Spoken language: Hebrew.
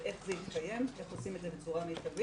איך זה יתקיים ואיך עושים את זה בצורה מיטבית.